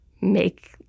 make